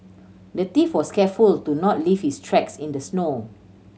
the thief was careful to not leave his tracks in the snow